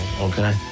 okay